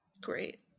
Great